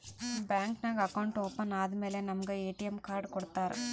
bank ನಾಗ್ account open ಆದಮ್ಯಾಲ ನಮುಗ ಎ.ಟಿ.ಎಮ್ ಕಾರ್ಡ್ ಕೊಡ್ತಾರ್